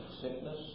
sickness